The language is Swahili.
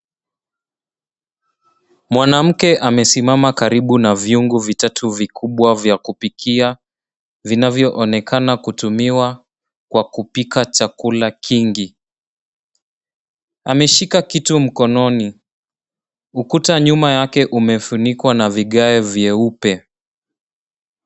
Mwanamke amesimama karibu na vyungu vitatu vikubwa vya kupikia vinavyoonekana kutumiwa kwa kupika chakula kingi. Ameshika kitu mkoni. Ukuta nyuma yake umefunikwa na vigae vyeupe.